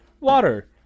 water